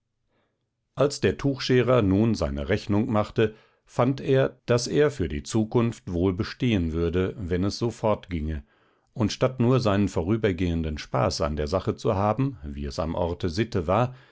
als der tuchscherer nun seine rechnung machte fand er daß er für die zukunft wohl bestehen würde wenn es so fortginge und statt nur seinen vorübergehenden spaß an der sache zu haben wie es am orte sitte war